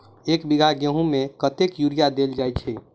एक बीघा गेंहूँ मे कतेक यूरिया देल जाय छै?